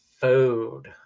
food